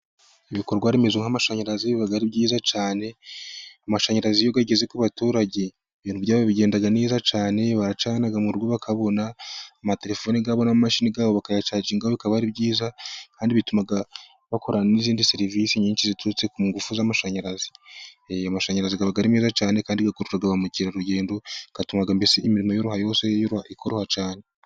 bikorwa remezo nk' amashanyarazi biba ari byiza cyane amashanyarazi yageze ku abaturage ibintu bya bigendaga neza cyane baracanaga mu rugo bakabona amatelefoni bonamashiniga bakayacaginga bikaba ari byiza kandi bituma akorana n'izindi serivisi nyinshi ziturutse ku ngufu z'amashanyarazi , amashanyarazi akagaragara ari meza cyane kandi akoresha ba mukerarugendo igatuma mbese haimirimo yoroye yose ikoroha cyane.